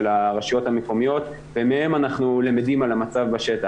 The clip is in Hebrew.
הרשויות המקומיות ומהם אנחנו למדים על המצב בשטח.